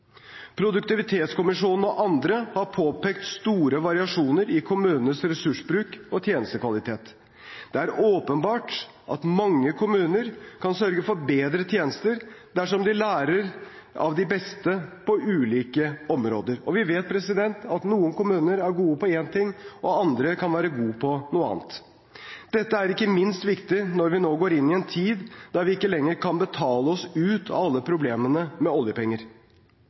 Produktivitetskommisjonen og andre har påpekt store variasjoner i kommunenes ressursbruk og tjenestekvalitet. Det er åpenbart at mange kommuner kan sørge for bedre tjenester dersom de lærer av de beste på ulike områder. Vi vet at noen kommuner er gode på én ting, og andre kan være gode på noe annet. Dette er ikke minst viktig når vi nå går inn i en tid da vi ikke lenger kan betale oss ut av alle problemene, med oljepenger.